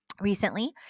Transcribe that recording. recently